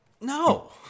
No